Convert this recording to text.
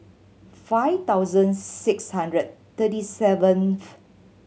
five thousand six hundred thirty seventh